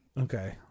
Okay